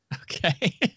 okay